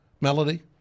Melody